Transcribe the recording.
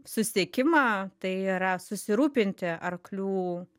susisiekimą tai yra susirūpinti arklių